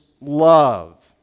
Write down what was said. love